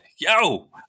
Yo